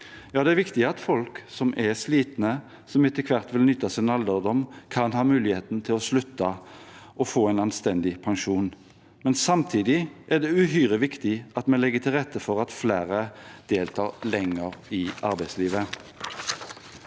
det er viktig at folk som er slitne, som etter hvert vil nyte sin alderdom, kan ha muligheten til å slutte og få en anstendig pensjon, men samtidig er det uhyre viktig at vi legger til rette for at flere deltar lenger i arbeidslivet.